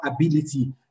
ability